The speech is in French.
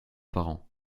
parents